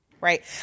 Right